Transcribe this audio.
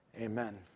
amen